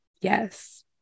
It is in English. yes